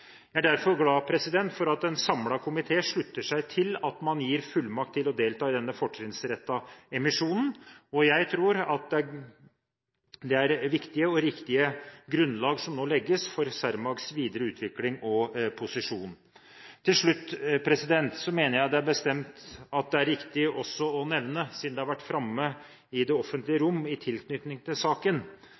Jeg er derfor glad for at en samlet komité slutter seg til at man gir fullmakt til å delta på denne fortrinnsrettede emisjonen, og jeg tror at det er et viktig og riktig grunnlag som nå legges for Cermaqs videre utvikling og posisjon. Til slutt mener jeg bestemt at det er riktig også å nevne, siden det har vært framme i det offentlige rom i tilknytning til saken,